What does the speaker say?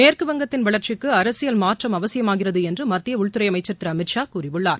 மேற்குவங்கத்தின் வளர்ச்சிக்கு அரசியல் மாற்றம் அவசியமாகிறது என்று மத்திய உள்துறை அமைச்சர் திரு அமித்ஷா கூறியுள்ளார்